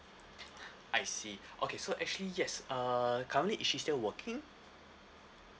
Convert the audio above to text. I see okay so actually yes uh currently is she's still working